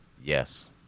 Yes